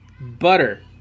butter